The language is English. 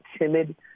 timid